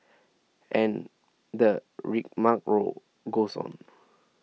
and the rigmarole goes on